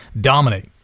dominate